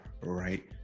right